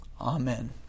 Amen